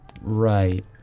Right